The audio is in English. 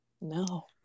No